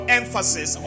emphasis